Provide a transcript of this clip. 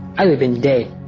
i would've been dead